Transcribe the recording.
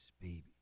baby